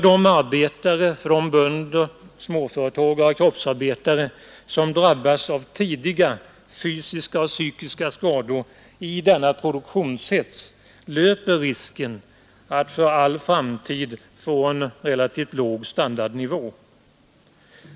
De arbetare — bönder, småföretagare, kroppsarbetare — som tidigt drabbas av fysiska och psykiska skador i denna produktionshets löper risken att för all framtid få en relativt låg standard.